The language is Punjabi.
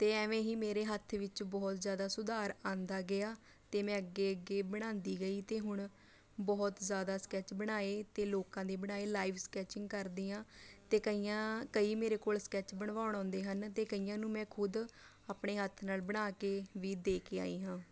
ਅਤੇ ਐਵੇਂ ਹੀ ਮੇਰੇ ਹੱਥ ਵਿੱਚ ਬਹੁਤ ਜ਼ਿਆਦਾ ਸੁਧਾਰ ਆਉਂਦਾ ਗਿਆ ਅਤੇ ਮੈਂ ਅੱਗੇ ਅੱਗੇ ਬਣਾਉਂਦੀ ਗਈ ਅਤੇ ਹੁਣ ਬਹੁਤ ਜ਼ਿਆਦਾ ਸਕੈੱਚ ਬਣਾਏ ਅਤੇ ਲੋਕਾਂ ਦੇ ਬਣਾਏ ਲਾਈਵ ਸਕੈਚਿੰਗ ਕਰਦੀ ਹਾਂ ਅਤੇ ਕਈਆਂ ਕਈ ਮੇਰੇ ਕੋਲ ਸਕੈੱਚ ਬਣਵਾਉਣ ਆਉਂਦੇ ਹਨ ਅਤੇ ਕਈਆਂ ਨੂੰ ਮੈਂ ਖੁਦ ਆਪਣੇ ਹੱਥ ਨਾਲ ਬਣਾ ਕੇ ਵੀ ਦੇ ਕੇ ਆਈ ਹਾਂ